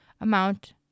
amount